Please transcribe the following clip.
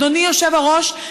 אדוני היושב-ראש,